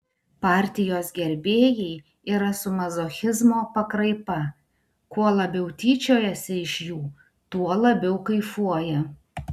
partijos gerbėjai yra su mazochizmo pakraipa kuo labiau tyčiojasi iš jų tuo labiau kaifuoja